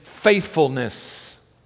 faithfulness